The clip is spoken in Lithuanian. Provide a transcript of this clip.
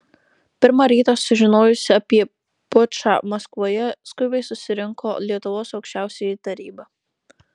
pirmą rytą sužinojusi apie pučą maskvoje skubiai susirinko lietuvos aukščiausioji taryba